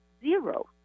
zero